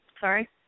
Sorry